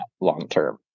long-term